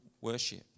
worship